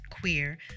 queer